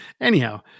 anyhow